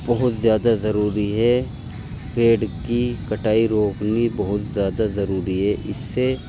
بہت زیادہ ضروری ہے پیڑ کی کٹائی روکنی بہت زیادہ ضروری ہے اس سے